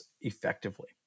effectively